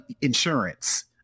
insurance